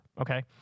okay